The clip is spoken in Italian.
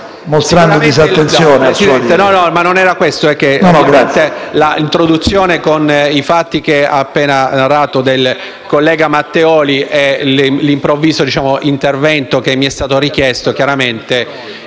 Signor Presidente, è che l'introduzione con i fatti che ha appena narrato sul collega Matteoli e l'improvviso intervento che mi è stato richiesto non